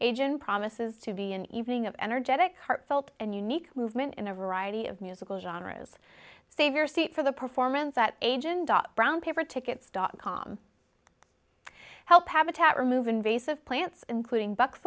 agent promises to be an evening of energetic heartfelt and unique movement in a variety of musical genres save your seat for the performance at agent dot brown paper tickets dot com help habitat remove invasive plants including